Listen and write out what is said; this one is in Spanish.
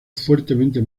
fuertemente